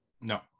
No